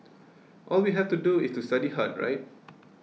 all we have to do is to study hard right